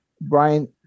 brian